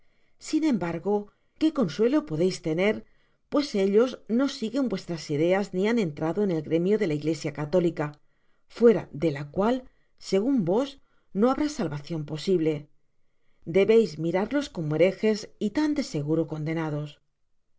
sin embargo qué consuelo podeis tener pues ellos no siguen vuestras ideas ni han entrado en el gremio de la iglesia catélica fuera de la cual segun vos no habrá salvacion posible debeis mirarlos como herejes y tan de seguro condenados